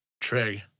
Trig